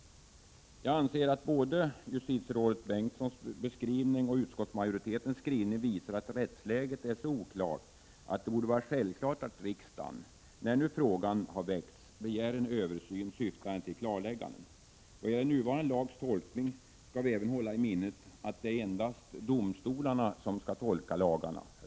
Jag anser att både justitierådet Bengtssons beskrivning och utskottsmajoritetens skrivning visar att rättsläget är så oklart att det borde vara självklart att riksdagen, när nu frågan har väckts, begär en översyn syftande till klarläggande. Vad gäller nuvarande lags tolkning skall vi även hålla i minnet att endast domstolarna skall tolka lagarna.